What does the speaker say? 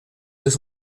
deux